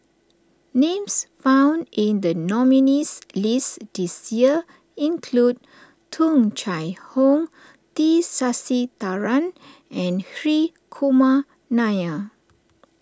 names found in the nominees' list this year include Tung Chye Hong T Sasitharan and Hri Kumar Nair